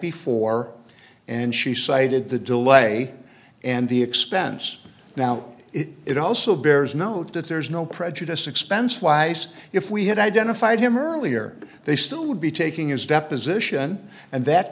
before and she cited the delay and the expense now it also bears note that there's no prejudice expense wise if we had identified him earlier they still would be taking his deposition and that